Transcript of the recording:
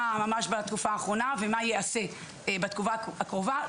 ממש בתקופה האחרונה ומה ייעשה בתקופה הקרובה,